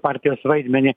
partijos vaidmenį